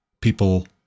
people